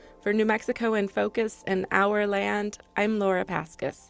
for new mexico infocus, and our land i'm laura paskus.